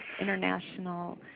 international